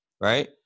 right